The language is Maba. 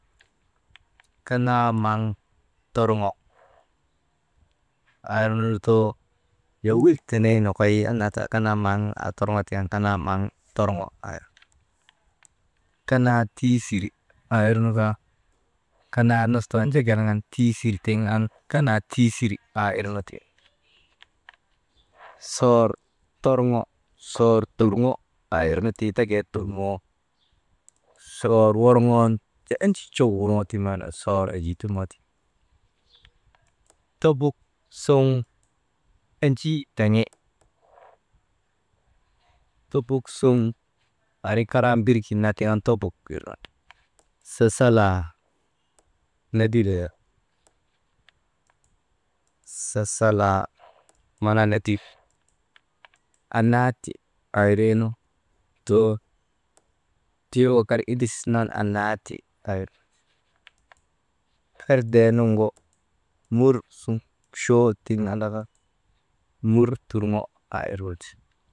Kanaa maŋ torŋo aa irnu lutoo, yowil tenee nokoy an ti ka ti kanaa maŋ, aa torŋoo tiŋ an kanaa maŋ torŋ aa irnu ti, kanaa tiisiri aa irnu kaa kanaa nus too njekelŋan tisir tiŋ an kanaa tiisiri aa irnu ti, soor torŋo, soor turŋo aa irnu ii teket turŋoo soor worŋon jaa enii cow worŋoo tiŋ an soor yiturŋoti tobuk suŋ enjii taŋi, tobuk suŋ ari karaa mbir kin naa tiŋ an tobuk wirnuti, sasalaa nedilee, sasalaa mana nedif, annaa ti aawirinu lutoo tuyoka ar indis nu an annaa ti aa ir nu ti, ferdee nuŋgu mursuŋ uchoo tiŋ andaka, mur turŋo aa irnu ti.